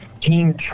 team